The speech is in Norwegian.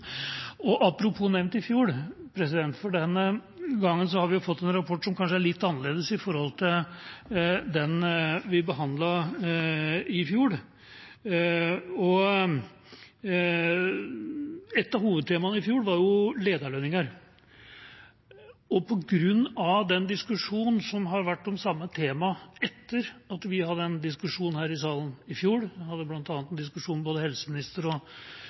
Denne gangen har vi fått en rapport som kanskje er litt annerledes enn den vi behandlet i fjor. Et av hovedtemaene i fjor var lederlønninger, og på grunn av den diskusjonen som har vært om det samme teamet etter at vi hadde den diskusjonen her i salen i fjor – jeg hadde bl.a. en diskusjon med både